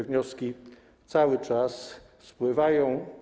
Wnioski cały czas spływają.